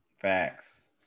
Facts